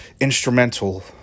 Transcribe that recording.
instrumental